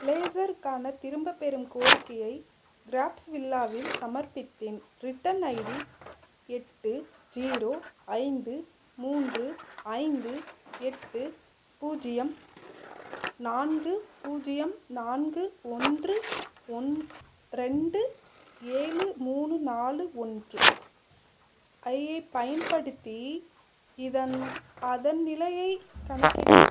ப்ளேசர்க்கான திரும்பப் பெறும் கோரிக்கையை க்ராஃப்ட்ஸ் வில்லாவில் சமர்ப்பித்தேன் ரிட்டர்ன் ஐடி எட்டு ஜீரோ ஐந்து மூன்று ஐந்து எட்டு பூஜ்யம் நான்கு பூஜ்யம் நான்கு ஒன்று ஒன் ரெண்டு ஏழு மூணு நாலு ஒன்று ஐப் பயன்படுத்தி இதன் அதன் நிலையைக் கணக்கிட